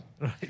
Right